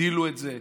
הגדילו את זה,